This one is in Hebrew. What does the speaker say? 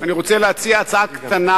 אני רוצה להציע פה הצעה קטנה,